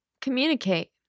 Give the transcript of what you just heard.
communicate